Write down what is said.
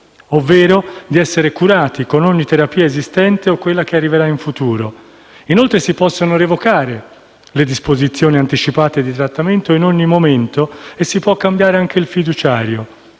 ovvero di essere curati con ogni terapia esistente o con quella che arriverà in futuro. Inoltre, si possono revocare le disposizioni anticipate di trattamento in ogni momento e si può cambiare anche il fiduciario.